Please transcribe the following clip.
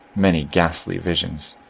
many ghastly visions.